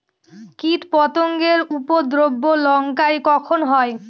কীটপতেঙ্গর উপদ্রব লঙ্কায় কখন হয়?